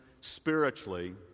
spiritually